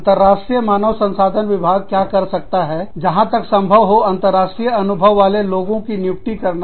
अंतरराष्ट्रीय मानव संसाधन विभाग क्या कर सकता है जहां तक संभव हो अंतरराष्ट्रीय अनुभव वाले लोगों की नियुक्ति करना